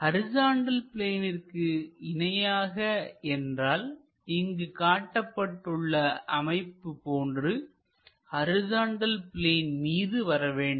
horizontal பிளேனிற்கு இணையாக என்றால் இங்கு காட்டப்பட்டுள்ள அமைப்பு போன்று ஹரிசாண்டல் பிளேன் மீது வரவேண்டும்